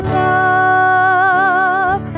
love